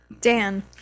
Dan